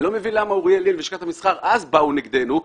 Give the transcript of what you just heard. אני לא מבין למה אוריאל לין מלשכת המסחר אז באו נגדנו.